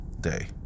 day